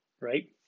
right